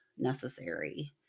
necessary